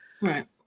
right